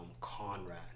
Conrad